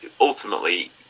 ultimately